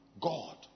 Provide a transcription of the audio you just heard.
God